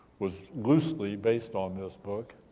was loosely based on this book.